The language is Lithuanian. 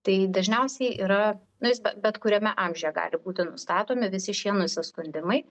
tai dažniausiai yra na jis be bet kuriame amžiuje gali būti nustatomi visi šie nusiskundimai